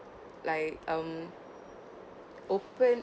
like um open